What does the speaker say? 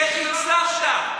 איך הצלחת?